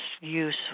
use